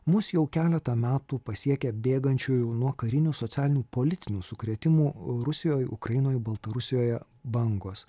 mus jau keletą metų pasiekia bėgančiųjų nuo karinio socialinių politinių sukrėtimų rusijoj ukrainoj baltarusijoje bangos